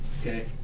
Okay